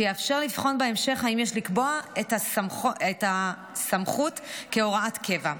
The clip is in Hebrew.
שיאפשר לבחון בהמשך אם יש לקבוע את הסמכות כהוראת קבע.